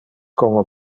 como